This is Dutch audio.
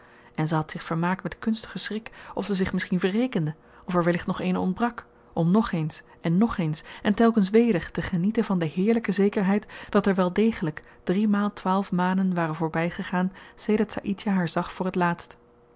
en ze had zich vermaakt met kunstigen schrik of ze zich misschien verrekende of er wellicht nog eene ontbrak om nogeens en nogeens en telkens weder te genieten van de heerlyke zekerheid dat er wel degelyk driemaal twaalf manen waren voorbygegaan sedert saïdjah haar zag voor het laatst